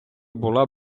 була